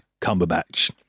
Cumberbatch